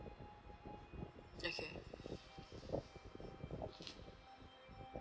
okay